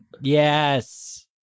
Yes